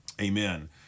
amen